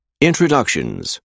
Introductions